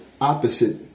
opposite